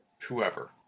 Whoever